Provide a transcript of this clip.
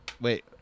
Wait